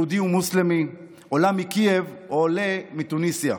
יהודי או מוסלמי, עולה מקייב או עולה מתוניסיה.